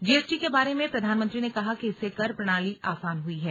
GST के बारे में प्रधानमंत्री ने कहा कि इससे कर प्रणाली आसान हुई है